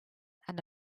and